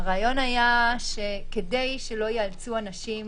הרעיון היה שכדי שלא ייאלצו אנשים